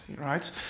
right